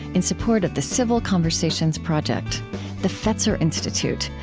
in support of the civil conversations project the fetzer institute,